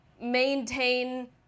maintain